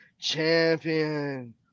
Champion